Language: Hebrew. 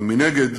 אבל מנגד,